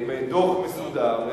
עם דוח מסודר,